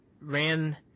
ran